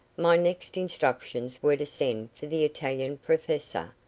my next instructions were to send for the italian professor,